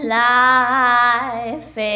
life